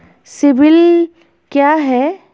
CIBIL क्या है?